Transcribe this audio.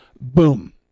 boom